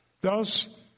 Thus